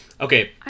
Okay